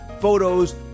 photos